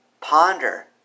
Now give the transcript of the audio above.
ponder